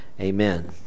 amen